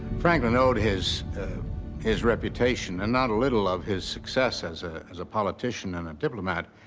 franklin owed his his reputation, and not a little of his success as a as a politician and a diplomat,